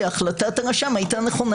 שהחלטת הרשם הייתה נכונה.